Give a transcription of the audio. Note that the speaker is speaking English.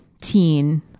teen